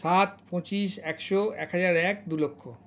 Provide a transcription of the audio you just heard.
সাত পঁচিশ একশো এক হাজার এক দু লক্ষ